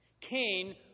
Cain